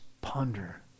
ponder